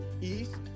east